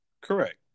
Correct